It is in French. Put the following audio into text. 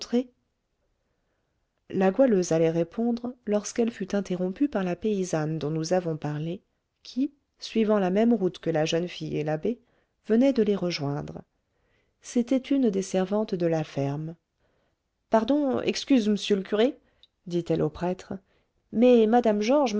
la goualeuse allait répondre lorsqu'elle fut interrompue par la paysanne dont nous avons parlé qui suivant la même route que la jeune fille et l'abbé venait de les rejoindre c'était une des servantes de la ferme pardon excuse monsieur le curé dit-elle au prêtre mais mme georges